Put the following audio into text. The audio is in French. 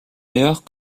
ailleurs